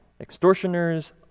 extortioners